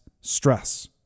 stress